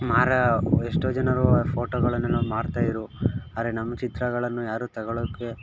ಮಾರ ಎಷ್ಟೊ ಜನರು ಫೋಟೋಗಳನ್ನೆಲ್ಲ ಮಾರ್ತಾ ಇದ್ದರು ಆದರೆ ನಮ್ಮ ಚಿತ್ರಗಳನ್ನು ಯಾರು ತಗೋಳೋಕ್ಕೆ